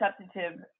substantive